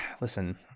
listen